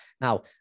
Now